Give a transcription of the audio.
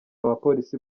bapolisi